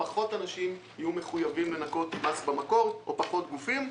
פחות אנשים יהיו מחויבים לנכות מס במקור או פחות גופים.